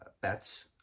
bets